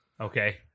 Okay